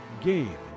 game